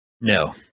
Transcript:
No